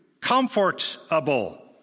comfortable